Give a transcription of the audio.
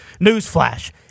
newsflash –